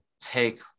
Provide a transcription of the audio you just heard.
take